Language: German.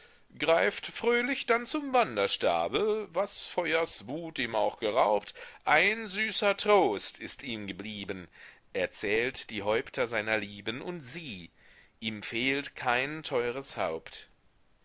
zurück greift fröhlich dann zum wanderstabe was feuers wut ihm auch geraubt ein süßer trost ist ihm geblieben er zählt die häupter seiner lieben und sieh ihm fehlt kein teures haupt